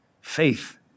faith